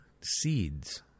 seeds